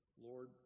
Lord